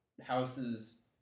house's